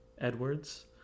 Edwards